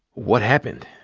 what happened?